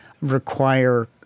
require